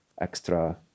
extra